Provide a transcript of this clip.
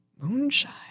Moonshine